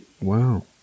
Wow